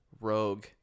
rogue